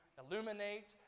illuminate